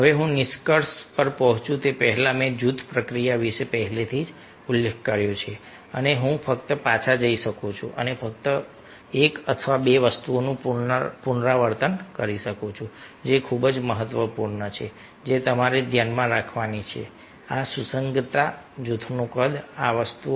હવે હું નિષ્કર્ષ પર પહોંચું તે પહેલાં મેં જૂથ પ્રક્રિયા વિશે પહેલેથી જ ઉલ્લેખ કર્યો છે અને હું ફક્ત પાછા જઈ શકું છું અને ફક્ત 1 અથવા 2 વસ્તુઓનું પુનરાવર્તન કરી શકું છું જે ખૂબ જ મહત્વપૂર્ણ છે જે તમારે ધ્યાનમાં રાખવાની છે કે આ સુસંગતતા જૂથનું કદ આ વસ્તુઓ